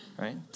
right